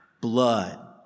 Blood